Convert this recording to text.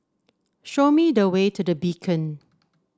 show me the way to The Beacon